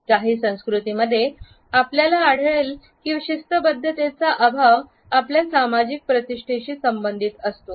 काही संस्कृतींमध्ये आपल्याला आढळले की शिस्तबद्धतेचा अभाव आपल्या सामाजिक प्रतिष्ठेशी संबंधित असतो